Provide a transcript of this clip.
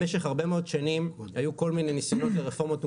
במשך הרבה מאוד שנים היו כל מיני ניסיונות לרפורמות,